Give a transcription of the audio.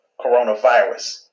coronavirus